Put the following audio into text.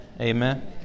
amen